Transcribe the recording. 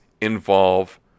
involve